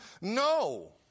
no